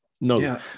No